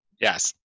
Yes